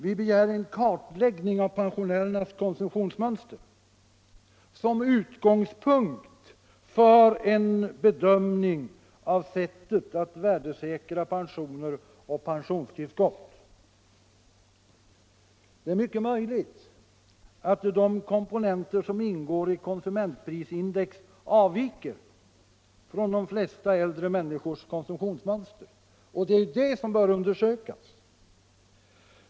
Vi begär en kartläggning av pensionärernas konsumtionsmönster som utgångspunkt för en bedömning av sättet att värdesäkra pensioner och pensionstillskott. Det är mycket möjligt att de komponenter som ingår i konsumentprisindex avviker från de flesta äldre människors konsumtionsmönster, och det är det som bör undersökas.